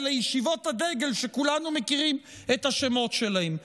שאלה ישיבות הדגל שכולנו מכירים את השמות שלהן.